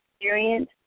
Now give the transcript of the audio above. experience